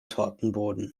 tortenboden